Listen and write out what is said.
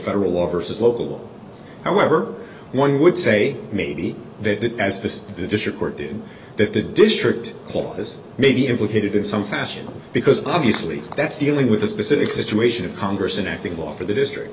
federal law versus local however one would say maybe that as the district court did that the district court has maybe implicated in some fashion because obviously that's dealing with a specific situation of congress and acting law for the district